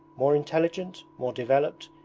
more intelligent, more developed,